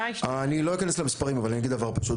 אני לא אכנס למספרים אבל אני אגיד דבר פשוט.